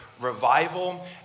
revival